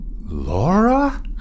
Laura